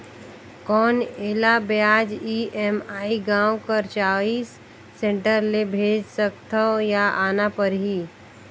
कौन एला ब्याज ई.एम.आई गांव कर चॉइस सेंटर ले भेज सकथव या आना परही?